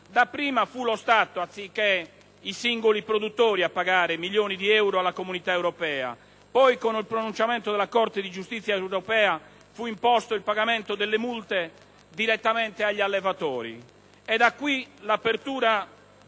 Dapprima fu lo Stato, anziché i singoli produttori, a pagare milioni di euro alla Comunità europea, poi, con il pronunciamento della Corte di giustizia europea fu imposto il pagamento delle multe direttamente agli allevatori. E da qui l'apertura